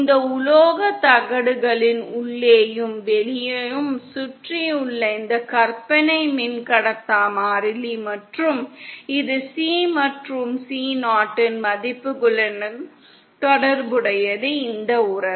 இந்த உலோக தகடுகளின் உள்ளேயும் வெளியேயும்சுற்றியுள்ள இந்த கற்பனை மின்கடத்தா மாறிலி மற்றும் இது C மற்றும் C0 இன் மதிப்புகளுடன் தொடர்புடையது இந்த உறவு